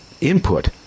input